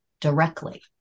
directly